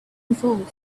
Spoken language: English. involved